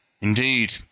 Indeed